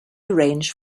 arrange